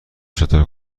چطور